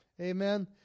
Amen